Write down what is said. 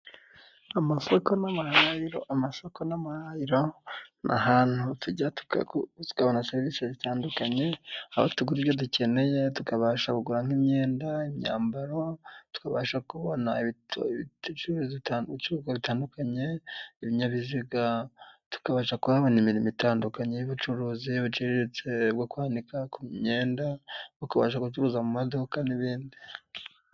Amasoko n'amahahiro, amasoko n'amahariro ni ahantu tujya tukabona serivisi zitandukanye aho tugura ibyo dukeneye tukabasha kugura nk'imyenda, imyambaro tukabasha kubona ibicuruzwa bitandukanye, ibinyabiziga tukabasha kuhabona imirimo itandukanye y'ubucuruzi buciriritse bwo kwandika ku myenda bakabasha gucuruza mu maduka n'ibindi.